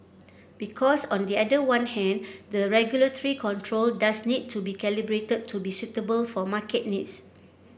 because on the other one hand the regulatory control does need to be calibrated to be suitable for market needs